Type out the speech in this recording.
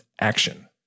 action